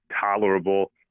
tolerable